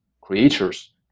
creatures